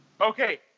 Okay